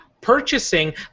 purchasing –